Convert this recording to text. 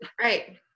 Right